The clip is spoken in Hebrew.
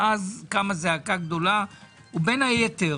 אז קמה זעקה גדולה ובין היתר